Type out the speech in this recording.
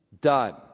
done